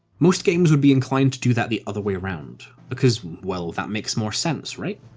most games would be inclined to do that the other way round. because, well, that makes more sense, right?